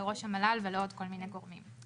לראש המל"ל ולעוד כל מיני גורמים.